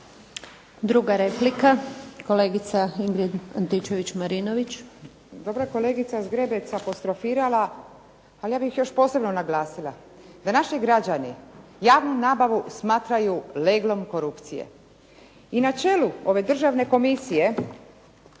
Marinović, Ingrid (SDP)** Dobro je kolegica Zgrebec apostrofirala ali ja bih još posebno naglasila da naši građani javnu nabavu smatraju leglom korupcije. I na čelu ove Državne komisije